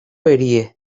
erie